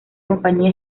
compañía